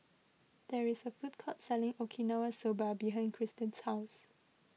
there is a food court selling Okinawa Soba behind Kristyn's house